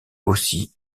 aussi